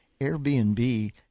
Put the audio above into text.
Airbnb